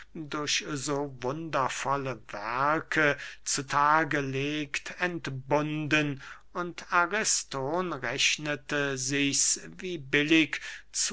so wundervolle werke zu tage legt entbunden und ariston rechnete sichs wie billig